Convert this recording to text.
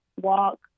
walk